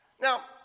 Now